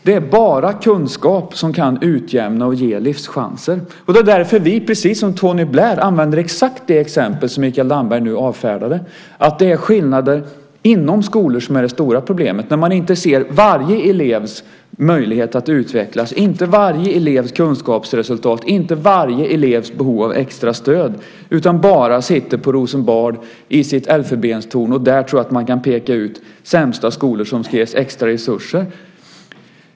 Det är bara kunskap som kan utjämna och ge livschanser, och det är därför vi, precis som Tony Blair, använder exakt det exempel som Mikael Damberg nu avfärdade: Det är skillnader inom skolor som är det stora problemet, när man inte ser varje elevs möjligheter att utvecklas, inte varje elevs kunskapsresultat, inte varje elevs behov av extra stöd, utan bara sitter i Rosenbad, i sitt elfenbenstorn, och där tror att man kan peka ut sämsta skolor som ska ges extra resurser.